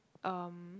um